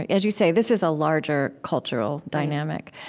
as you say, this is a larger cultural dynamic.